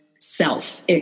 self